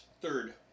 Third